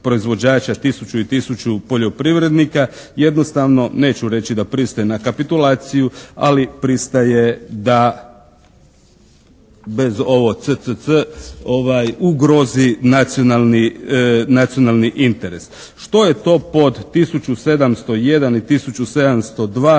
tisuću i tisuću poljoprivrednika. Jednostavno, neću reći da pristaje na kapitulaciju, ali pristaje da bez ovo ccc ugrozi nacionalni interes. Što je to pod tisuću 701